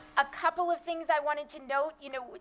a couple of things i wanted to note. you know,